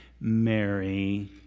Mary